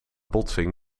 botsing